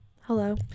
hello